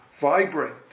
vibrate